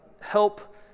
help